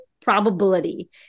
probability